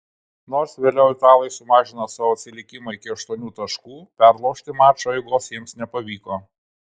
nors vėliau italai sumažino savo atsilikimą iki aštuonių taškų perlaužti mačo eigos jiems nepavyko